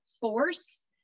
force